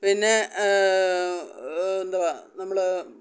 പിന്നെ എന്തുവ നമ്മൾ